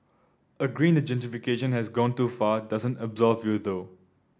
agreeing that gentrification has gone too far doesn't absolve you though